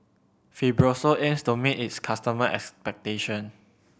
Fibrosol aims to meet its customer expectation